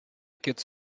kids